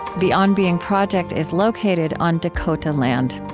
the on being project is located on dakota land.